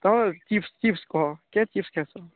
ତ chips chips କହ କେଁ ଚିପ୍ସ୍ ଖାଇସ୍